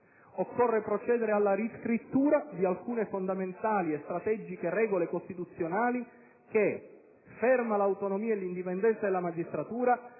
Occorre procedere alla riscrittura di alcune fondamentali e strategiche regole costituzionali che, ferma l'autonomia e l'indipendenza della magistratura,